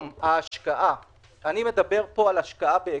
אני מדבר על השקעה באקוויטי.